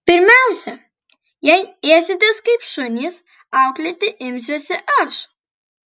pirmiausia jei ėsitės kaip šunys auklėti imsiuosi aš